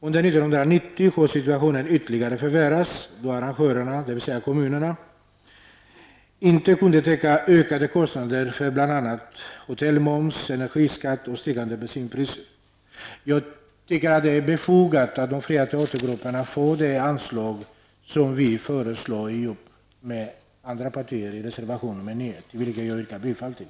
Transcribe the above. Under 1990 har situationen ytterligare förvärrats, då arrangörerna, dvs. kommunerna, inte kunnat täcka ökade kostnader för bl.a. hotellmoms, energiskatt och stigande bensinpriser. Jag tycker att det är befogat att de fria teatergrupperna får det anslag som vi tillsammans med andra partier föreslår i reservation nr 9, till vilken jag yrkar bifall.